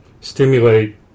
stimulate